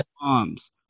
bombs